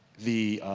the